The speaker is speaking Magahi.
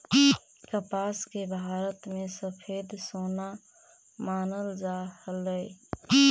कपास के भारत में सफेद सोना मानल जा हलई